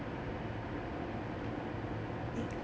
eh